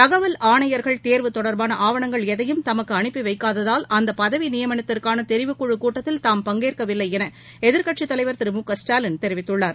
தகவல் ஆணையர்கள் தேர்வு தொடர்பான ஆவணங்கள் எதையும் தமக்கு அனுப்பி வைக்காததால் அந்தப் பதவி நியமனத்திற்கான தெரிவுக்குழு கூட்டத்தில் தாம் பங்கேற்கவில்லை என எதிர்க்கட்சித் தலைவர் திரு மு க ஸ்டாலின் தெரிவித்துள்ளார்